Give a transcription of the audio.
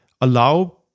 allow